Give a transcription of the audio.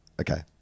Okay